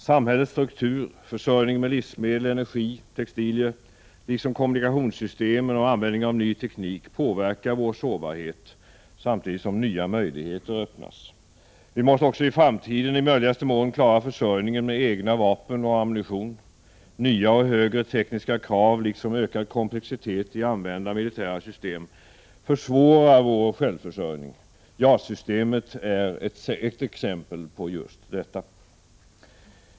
Samhällets struktur, försörjningen med livsmedel, energi och textilier liksom kommunikationssystemen och användningen av ny teknik påverkar vår sårbarhet, samtidigt som nya möjligheter öppnas. Vi måste också i framtiden i möjligaste mån klara försörjningen med egna vapen och ammunition. Nya och tekniska krav liksom ökad komplexitet i användandet av militära system försvårar vår självförsörjning. JAS-systemet är ett exempel på just detta.